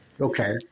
Okay